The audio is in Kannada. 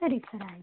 ಸರಿ ಸರ್ ಆಯಿತು